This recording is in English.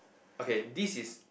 okay this is